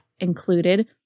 included